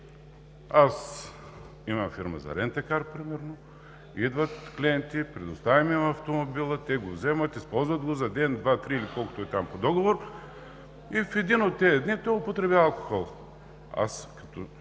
аз имах фирма за рент а кар. Идват клиенти, предоставям им автомобила, те го вземат, използват го за ден-два-три или колкото е по договор, в един от тези дни той употребява алкохол. Аз, като